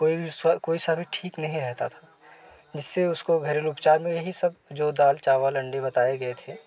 कोई भी कोई समय ठीक नहीं रहता था जिसे उसको घरेलू उपचार में यही सब जो दाल चावल अंडे बताए गए थे